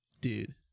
dude